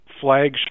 flagship